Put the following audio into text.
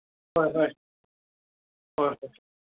ꯍꯣꯏ ꯍꯣꯏ ꯍꯣꯏ